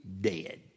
dead